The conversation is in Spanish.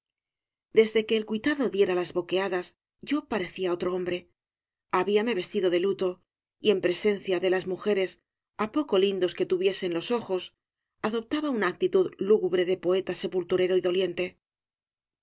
desde que el cuitado diera las boqueadas yo parecía otro hombre habíame vestido de luto y en presencia de las mujeres á poco lindos que tuviesen los ojos adoptaba una actitud lúgubre de poeta sepulturero y doliente